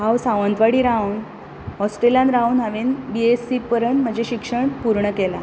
हांव सावंतवाडी रावून हॉस्टेलांत रावून हावेन बीएससी पर्यंत म्हजें शिक्षण पूर्ण केला